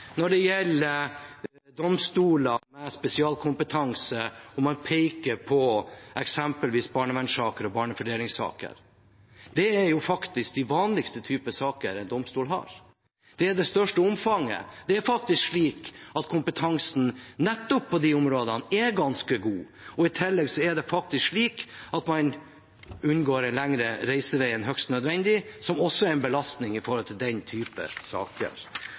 Når det gjelder domstoler med spesialkompetanse og man peker på eksempelvis barnevernssaker og barnefordelingssaker, er jo det den vanligste typen saker en domstol har. Det er den typen saker de har i størst omfang. Kompetansen på de områdene er faktisk ganske god. I tillegg unngår man å ha en lengre reisevei enn høyst nødvendig, som også er en belastning når det gjelder den typen saker.